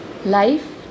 Life